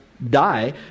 die